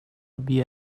bia